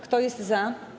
Kto jest za?